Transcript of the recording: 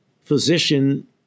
physician